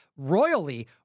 royally